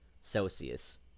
celsius